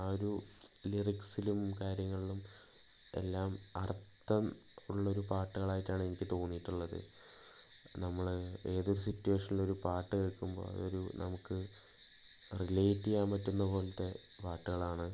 ആ ഒരു ലിറിക്സിലും കാര്യങ്ങളിലും എല്ലാം അർത്ഥം ഉള്ളൊരു പാട്ടുകളായിട്ടാണ് എനിക്ക് തോന്നിയിട്ടുള്ളത് നമ്മള് ഏതൊരു സിറ്റുവേഷനിലും ഒരു പാട്ട് കേൾക്കുമ്പോൾ അതൊരു നമുക്ക് റിലേറ്റ് ചെയ്യാൻ പറ്റുന്ന പോലത്തെ പാട്ടുകളാണ്